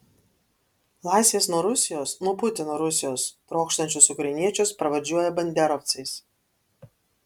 laisvės nuo rusijos nuo putino rusijos trokštančius ukrainiečius pravardžiuoja banderovcais